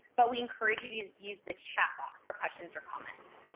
but we encourage you to use use the chat box for questions or comments.